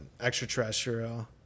extraterrestrial